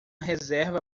reserva